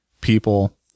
people